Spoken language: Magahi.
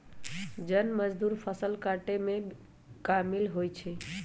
जन मजदुर फ़सल काटेमें कामिल होइ छइ